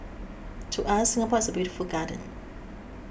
to us Singapore is a beautiful garden